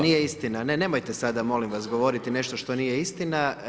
Nije istina, ne nemojte sada molim vas govoriti nešto što nije istina.